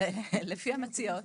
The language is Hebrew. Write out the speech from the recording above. לפי המציעות